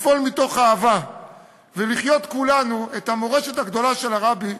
לפעול מתוך אהבה ולחיות כולנו את המורשת הגדולה של הרבי,